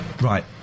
right